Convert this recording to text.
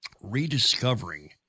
Rediscovering